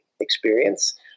experience